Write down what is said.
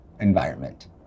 environment